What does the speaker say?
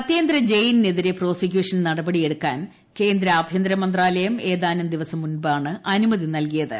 സത്യേന്ദ്ര ജെയിനിനെതിരെ പ്രോസിക്യൂഷൻ നടപടിയെടുക്കാൻ കേന്ദ്ര ആഭ്യന്തരമന്ത്രാലയം ഏതാനും ദിവസം മുമ്പാണ് അനുമതി നൽകിയത്